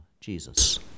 Jesus